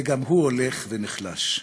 וגם הוא הולך ונחלש.